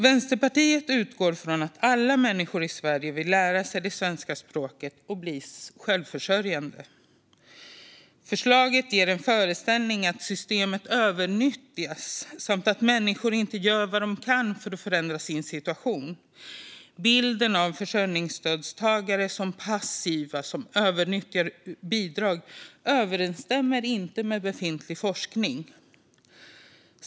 Vänsterpartiet utgår från att alla människor i Sverige vill lära sig det svenska språket och bli självförsörjande. Förslaget ger en föreställning om att systemet överutnyttjas samt att människor inte gör vad de kan för att förändra sin situation. Bilden av försörjningsstödsmottagare som passiva, som människor som överutnyttjar bidrag, överensstämmer inte med befintlig forskning.